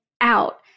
out